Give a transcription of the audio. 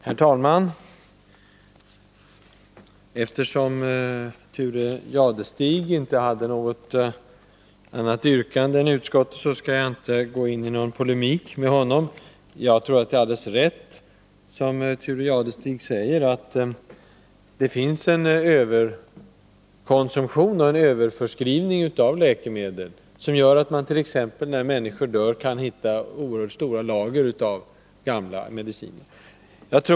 Herr talman! Eftersom Thure Jadestig inte hade något annat yrkande än utskottet, skall jag inte gå i polemik med honom. Jag tror att det är riktigt, som Thure Jadestig säger, att det finns en överkonsumtion och en överförskrivning av läkemedel, som gör att man t.ex. när människor dör kan hitta stora lager av gamla mediciner hos dem.